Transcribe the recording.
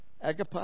agape